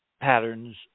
patterns